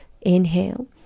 Inhale